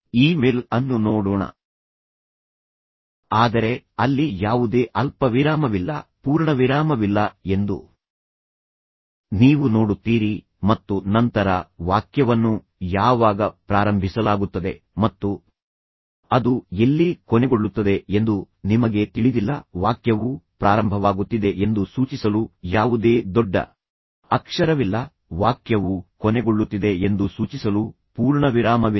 ಈ ಮೇಲ್ ಅನ್ನು ನೋಡೋಣ ಆದರೆ ಅಲ್ಲಿ ಯಾವುದೇ ಅಲ್ಪವಿರಾಮವಿಲ್ಲ ಪೂರ್ಣವಿರಾಮವಿಲ್ಲ ಎಂದು ನೀವು ನೋಡುತ್ತೀರಿ ಮತ್ತು ನಂತರ ವಾಕ್ಯವನ್ನು ಯಾವಾಗ ಪ್ರಾರಂಭಿಸಲಾಗುತ್ತದೆ ಮತ್ತು ಅದು ಎಲ್ಲಿ ಕೊನೆಗೊಳ್ಳುತ್ತದೆ ಎಂದು ನಿಮಗೆ ತಿಳಿದಿಲ್ಲ ವಾಕ್ಯವು ಪ್ರಾರಂಭವಾಗುತ್ತಿದೆ ಎಂದು ಸೂಚಿಸಲು ಯಾವುದೇ ದೊಡ್ಡ ಅಕ್ಷರವಿಲ್ಲ ವಾಕ್ಯವು ಕೊನೆಗೊಳ್ಳುತ್ತಿದೆ ಎಂದು ಸೂಚಿಸಲು ಪೂರ್ಣವಿರಾಮವಿಲ್ಲ